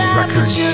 Records